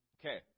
Okay